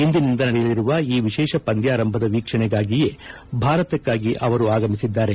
ಇಂದಿನಿಂದ ನಡೆಯಲಿರುವ ಈ ವಿಶೇಷ ಪಂದ್ಯಾರಂಭದ ವೀಕ್ಷಣೆಗಾಗಿಯೇ ಭಾರತಕ್ಕಾಗಿ ಆಗಮಿಸಿದ್ದಾರೆ